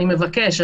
אני מבקש,